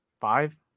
five